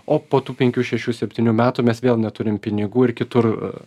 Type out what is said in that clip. o po tų penkių šešių septynių metų mes vėl neturim pinigų ir kitur